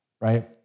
right